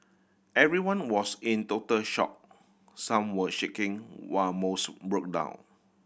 everyone was in total shock some were shaking while most broke down